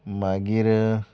मागीर